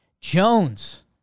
Jones